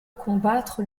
combattre